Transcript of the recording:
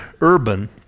Urban